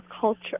culture